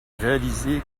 réalisée